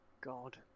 God